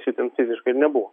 šiaip ten fiziškai ir nebuvo